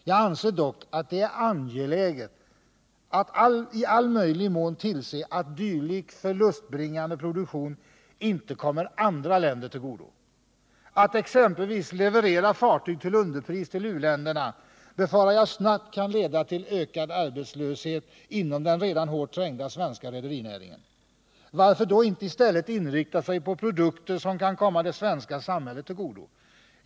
Jag anser dock att det är angeläget att i all möjlig mån tillse, att dylik förlustbringande produktion inte kommer andra länder till godo. Att exempelvis leverera fartyg till underpris till u-länderna befarar jag snabbt kan leda till ökad arbetslöshet inom den redan hårt trängda svenska rederinäringen. Varför då inte i stället inrikta sig på produkter som kan komma det svenska samhället till godo?